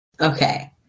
Okay